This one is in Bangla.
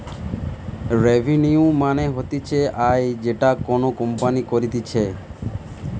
রেভিনিউ মানে হতিছে আয় যেটা কোনো কোম্পানি করতিছে